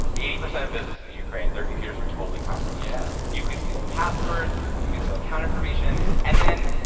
eighty percent of business in ukraine their computers were totally compromised yeah you could steal passwords. you could steal account information. and then,